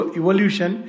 evolution